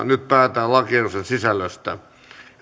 nyt päätetään lakiehdotusten sisällöstä